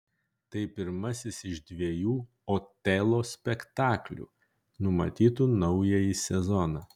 tai pirmasis iš dviejų otelo spektaklių numatytų naująjį sezoną